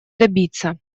добиться